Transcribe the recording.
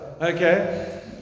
Okay